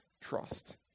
trust